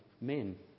men